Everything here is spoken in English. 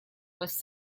was